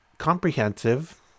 comprehensive